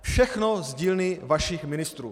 Všechno z dílny vašich ministrů!